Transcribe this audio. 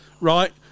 right